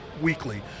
weekly